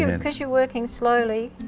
you know because you're working slowly